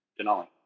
Denali